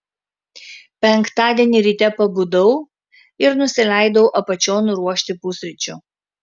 penktadienį ryte pabudau ir nusileidau apačion ruošti pusryčių